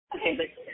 Okay